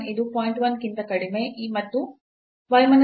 1 ಕ್ಕಿಂತ ಕಡಿಮೆ ಮತ್ತು y ಮೈನಸ್ 1 ಇದು 0